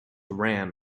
ran